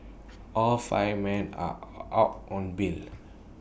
all five men are out on bail